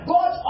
God